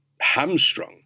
hamstrung